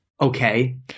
Okay